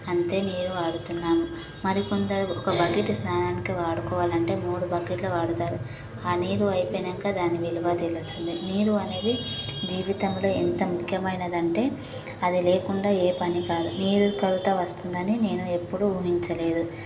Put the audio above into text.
అంతే నీరు వాడుతున్నాం మరి కొందరు ఒక బకెటు స్నానానికి వాడుకోవాలంటే మూడు బకెట్లు వాడుతారు ఆ నీరు అయిపోయినాక దాని విలువ తెలుస్తుంది నీరు అనేది జీవితంలో ఎంత ముక్యమైనది అంటే అది లేకుండా ఏ పని కాదు నీరు కొరత వస్తుందని నేను ఎప్పుడు ఊహించలేదు